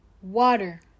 water